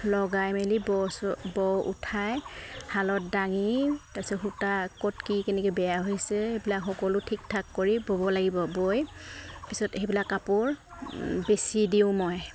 লগাই মেলি ব চ ব উঠাই শালত দাঙি তাৰ পিছত সূতা ক'ত কি কেনেকৈ বেয়া হৈছে সেইবিলাক সকলো ঠিক ঠাক কৰি ব'ব লাগিব বৈ পিছত সেইবিলাক কাপোৰ বেচি দিওঁ মই